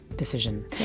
decision